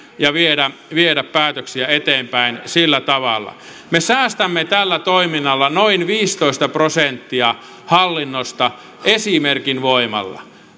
ja viedä viedä päätöksiä eteenpäin sillä tavalla me säästämme tällä toiminnalla noin viisitoista prosenttia hallinnosta esimerkin voimalla